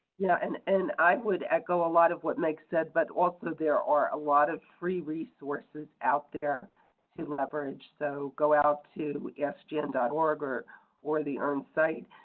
yeah, and and i would echo a lot of what meg said, but also there are a lot of free resources out there to leverage. so go out askjan dot org or or the earn site.